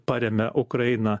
paremia ukrainą